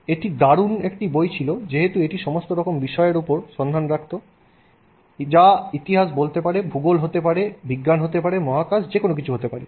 এটি দারুণ একটি বই ছিল যেহেতু এটি সমস্ত রকমের বিষয়ের উপর সন্ধান লাগতো যায় ইতিহাস হতে পারে ভূগোল হতে পারে বিজ্ঞান মহাকাশ যেকোনো কিছু হতে পারে